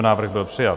Návrh byl přijat.